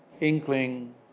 inkling